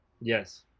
Yes